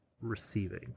receiving